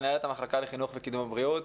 מנהלת המחלקה לחינוך ולקידום הבריאות,